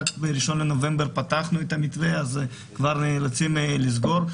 רק ב-1 בנובמבר פתחנו את המתווה וכבר רצים לסגור.